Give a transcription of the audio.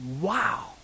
wow